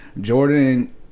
jordan